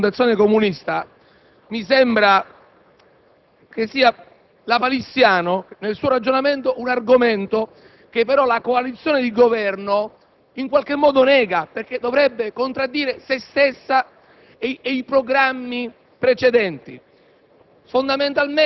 Presidente, avendo ascoltato il collega del Gruppo di Rifondazione Comunista mi sembra che sia lapalissiano nel suo ragionamento un argomento che però la coalizione che sostiene il Governo in qualche modo nega, perché dovrebbe contraddire se stessa